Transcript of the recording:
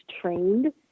trained